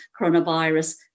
coronavirus